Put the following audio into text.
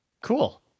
Cool